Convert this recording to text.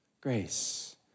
Grace